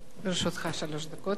לרשותך שלוש דקות.